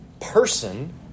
person